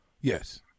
Yes